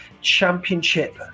championship